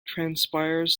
transpires